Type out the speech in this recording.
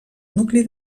nucli